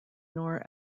nor